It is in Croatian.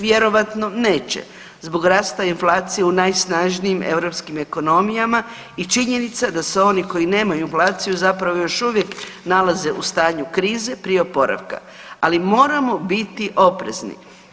Vjerovatno neće zbog rasta inflacije u najsnažnijim europskim ekonomijama i činjenica da se oni koji nemaju inflaciju zapravo još uvijek nalaze u stanju krize prije oporavka, ali moramo biti oprezni.